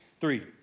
three